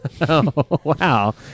wow